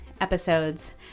episodes